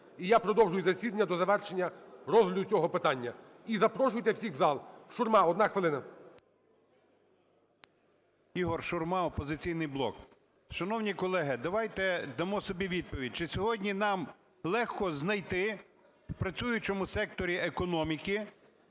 І я продовжую засідання до завершення розгляду цього питання. І запрошуйте всіх у зал. Шурма, 1 хвилина. 13:57:34 ШУРМА І.М. Ігор Шурма, "Опозиційний блок". Шановні колеги, давайте дамо собі відповідь: чи сьогодні нам легко знайти в працюючому секторі економіки